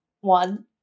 one